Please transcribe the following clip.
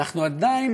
אנחנו עדיין